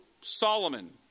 Solomon